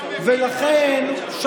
קרא את הסתייגות 242, מהותית מאוד.